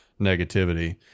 negativity